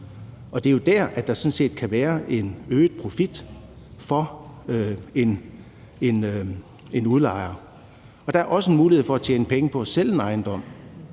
og det er der, der sådan set kan være en øget profit for en udlejer. Der er også en mulighed for at tjene penge på at sælge en ejendom,